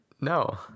no